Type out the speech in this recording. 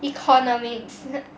economics